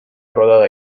rodada